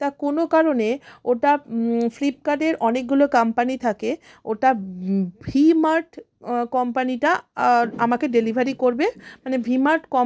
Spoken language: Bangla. তা কোনো কারণে ওটা ফ্লিপকারটের অনেকগুলো কাম্পানি থাকে ওটা ভি মার্ট কম্পানিটা আর আমাকে ডেলিভারি করবে মানে ভি মার্ট কম